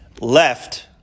left